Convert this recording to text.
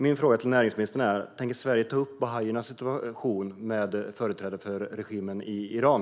Min fråga till näringsministern är: Tänker Sverige ta upp bahaiernas situation med företrädare för regimen i Iran?